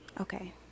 Okay